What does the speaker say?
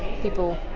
people